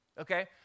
okay